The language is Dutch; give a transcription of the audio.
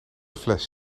fles